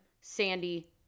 Sandy